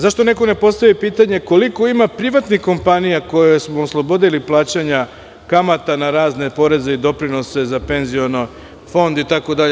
Zašto neko ne postavi pitanje koliko ima privatnih kompanija koje smo oslobodili plaćanja kamata na razne poreze i doprinose za penzioni fond itd?